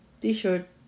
t-shirt